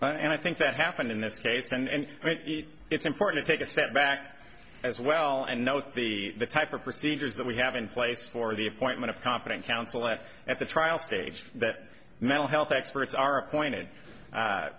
to and i think that happened in this case and it's important to take a step back as well and note the type of procedures that we have in place for the appointment of competent counsel that at the trial stage that mental health experts are appointed